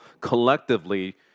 collectively